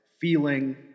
feeling